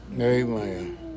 Amen